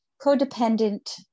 codependent